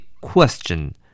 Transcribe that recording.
question